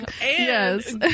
Yes